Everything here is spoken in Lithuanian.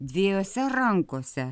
dviejose rankose